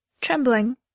trembling